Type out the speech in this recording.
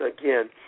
Again